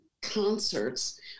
concerts